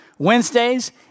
Wednesdays